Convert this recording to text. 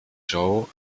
joe